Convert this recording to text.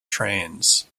trains